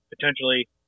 potentially